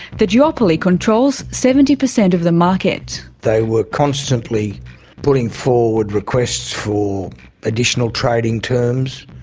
the duopoly controls seventy percent of the market. they were constantly putting forward requests for additional trading terms.